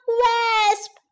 ,wasp